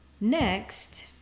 Next